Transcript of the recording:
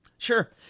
Sure